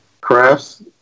crafts